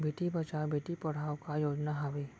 बेटी बचाओ बेटी पढ़ाओ का योजना हवे?